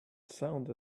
sound